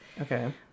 Okay